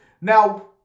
now